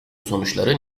sonuçları